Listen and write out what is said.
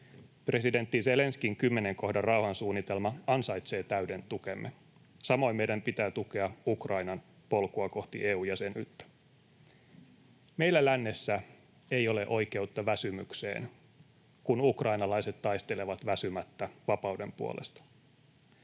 Presidentti Zelenskyin kymmenen kohdan rauhansuunnitelma ansaitsee täyden tukemme. Samoin meidän pitää tukea Ukrainan polkua kohti EU-jäsenyyttä. Meillä lännessä ei ole oikeutta väsymykseen, kun ukrainalaiset taistelevat väsymättä vapauden puolesta.